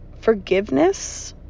forgiveness